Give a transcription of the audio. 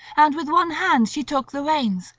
and with one hand she took the reins,